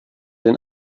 den